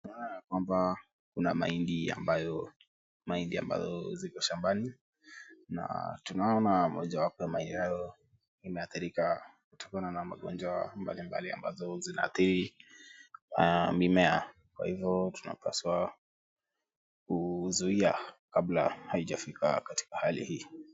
Tunaona yakwamba mahindi yako shambani na tunaona moja wapo ya mahindi imeathirika kutokana na magonjwa mbalimbali ambazo zinaathiri mimea. Kwa hivyo tiunapaswa kuzuia kabla haijafika katika hali hii.